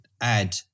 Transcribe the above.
add